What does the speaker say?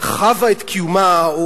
חבה את קיומה,